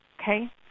Okay